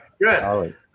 Good